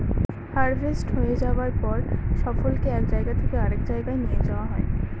harvest হয়ে যায়ার পর ফসলকে এক জায়গা থেকে আরেক জাগায় নিয়ে যাওয়া হয়